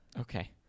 Okay